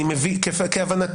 אני מבין כהבנתי.